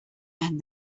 and